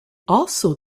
also